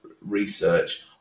research